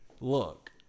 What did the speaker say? Look